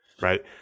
Right